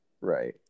Right